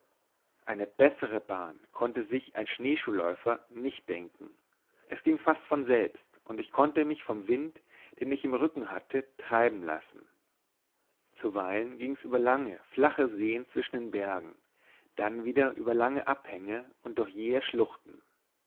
eine bessere bahn konnte sich ein schneeschuhläufer nicht denken es ging fast von selbst und ich konnte mich vom wind den ich im rücken hatte treiben lassen zuweilen ging's über lange flache seen zwischen den bergen dann wieder über lange abhänge und durch jähe schluchten